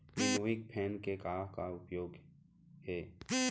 Winnowing fan के का का उपयोग हे?